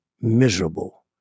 miserable